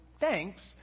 thanks